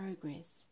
progress